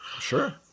Sure